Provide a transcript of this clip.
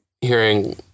hearing